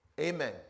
amen